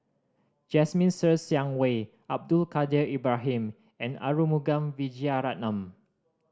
Jasmine Ser Xiang Wei Abdul Kadir Ibrahim and Arumugam Vijiaratnam